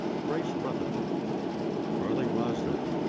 grace rutherford carly rzasa,